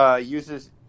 uses